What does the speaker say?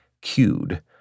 cued